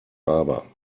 aber